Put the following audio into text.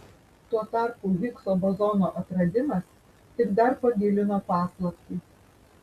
tuo tarpu higso bozono atradimas tik dar pagilino paslaptį